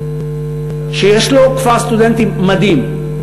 שיש לו כפר סטודנטים מדהים,